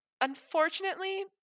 Unfortunately